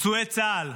פצועי צה"ל,